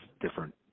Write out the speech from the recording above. different